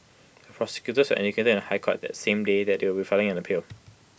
the prosecutors had indicated in the High Court that same day that they would be filing an appeal